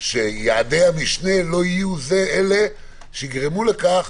שיעדי המשנה לא יהיו אלה שיגרמו לכך